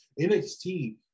NXT